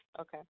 Okay